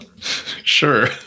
sure